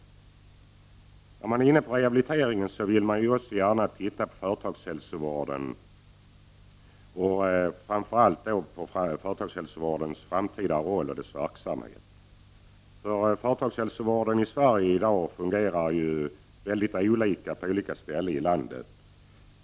När man talar om rehabilitering vill man gärna också se på företagshälsovården, dess framtida roll och verksamhet. Företagshälsovården i Sverige fungerar väldigt olika på olika ställen i landet.